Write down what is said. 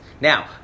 Now